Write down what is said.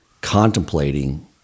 contemplating